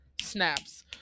Snaps